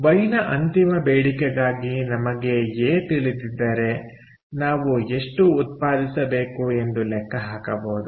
Y ನ ಅಂತಿಮ ಬೇಡಿಕೆಗಾಗಿ ನಮಗೆ ಎ ತಿಳಿದಿದ್ದರೆ ನಾವು ಎಷ್ಟು ಉತ್ಪಾದಿಸಬೇಕು ಎಂದು ಲೆಕ್ಕ ಹಾಕಬಹುದು